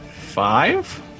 five